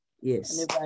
Yes